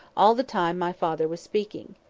all the time my father was speaking.